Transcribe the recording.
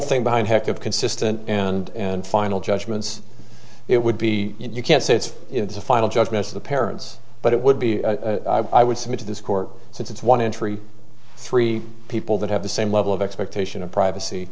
thing behind heck of consistent and final judgments it would be you can't say it's it's a final judgment of the parents but it would be i would submit to this court since it's one entry three people that have the same level of expectation of privacy